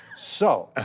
so,